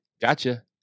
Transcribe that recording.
gotcha